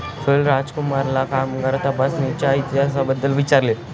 सोहेल राजकुमारला कामगार तपासणीच्या इतिहासाबद्दल विचारले